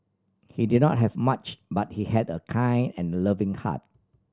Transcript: he did not have much but he had a kind and loving heart